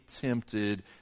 tempted